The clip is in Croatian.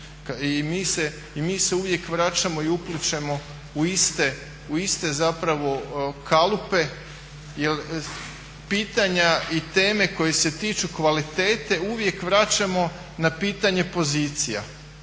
I mi se uvijek vraćamo i uplićemo u iste kalupe jel pitanja i teme koje se tiču kvalitete uvijek vraćamo na pitanje pozicija